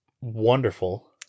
wonderful